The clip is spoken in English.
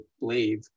leave